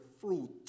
fruit